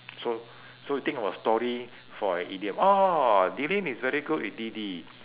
so so think of a story for a idiom oh dylan is very good with didi